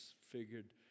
figured